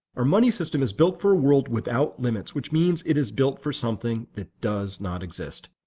our money system is built for a world without limits, which means it is built for something that does not exist.